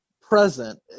present